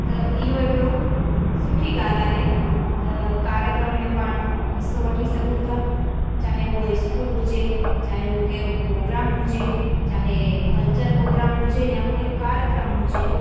त इहो हिकिड़ो सुठी ॻाल्हि आहे त कार्यक्रम में पाण हिसो वठी सघूं था चाहे उहो स्कूल हुजे चाहे उहो कहिड़ो प्रोग्राम हुजे चाहे कल्चर प्रोग्राम हुजे या कोई कार्यक्रम हुजे